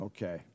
Okay